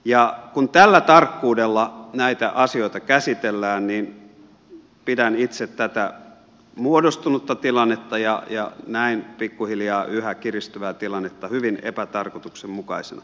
ja kun tällä tarkkuudella näitä asioita käsitellään niin pidän itse tätä muodostunutta tilannetta ja näin pikkuhiljaa yhä kiristyvää tilannetta hyvin epätarkoituksenmukaisena